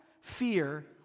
fear